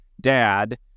dad